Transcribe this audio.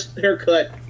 haircut